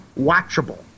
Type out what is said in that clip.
watchable